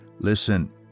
listen